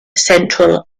central